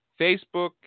Facebook